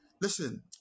listen